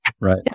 Right